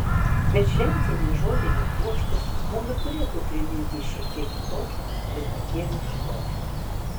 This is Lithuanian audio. bet šventinės žolinių puokštės mums ir turėtų priminti šiek tiek kitokią gvazdikėlių šlovę